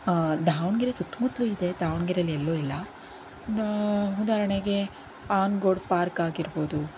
ದಾವಣಗೆರೆ ಸುತ್ತಮುತ್ತಲೂ ಇದೆ ದಾವಣಗೆರೆಲಿ ಎಲ್ಲೂ ಇಲ್ಲ ಉದಾಹರಣೆಗೆ ಆನಗೋಡು ಪಾರ್ಕ್ ಆಗಿರ್ಬೋದು